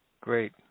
great